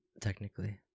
technically